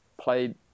played